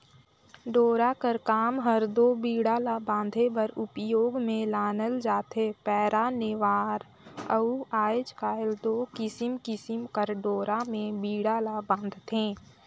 डोरा कर काम हर दो बीड़ा ला बांधे बर उपियोग मे लानल जाथे पैरा, नेवार अउ आएज काएल दो किसिम किसिम कर डोरा मे बीड़ा ल बांधथे